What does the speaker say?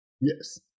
Yes